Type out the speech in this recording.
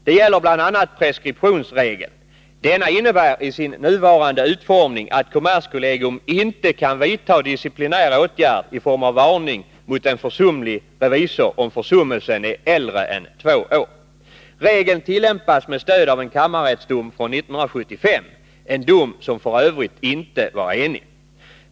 Det gäller bl.a. preskriptionsregeln. Denna innebär i sin nuvarande utformning att kommerskollegium inte kan vidta disciplinär åtgärd i form av varning mot en försumlig revisor, om försummelsen är äldre än två år. Regeln tillämpas med stöd av en kammarrättsdom från 1975, en dom som f. ö. inte var enig.